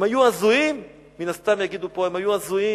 הם היו הזויים, מן הסתם יגידו פה, הם היו הזויים,